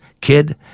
kid